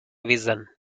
vision